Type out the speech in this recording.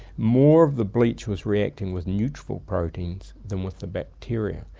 more of the bleach was reacting with neutrophil proteins than with the bacteria,